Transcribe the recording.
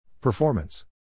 Performance